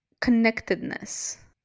connectedness